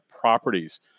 properties